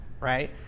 right